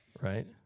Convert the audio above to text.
right